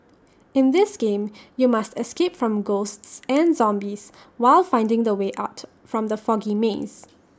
in this game you must escape from ghosts and zombies while finding the way out from the foggy maze